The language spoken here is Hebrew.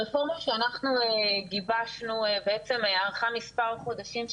הרפורמה שאנחנו גיבשנו בעצם ארכה מספר חודשים,